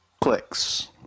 clicks